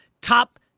top